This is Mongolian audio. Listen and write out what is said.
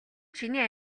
чиний